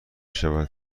شود